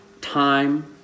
time